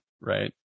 right